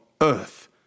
earth